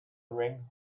ring